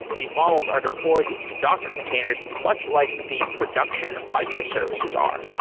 these models are deployed into docker containers much like the production microservices are.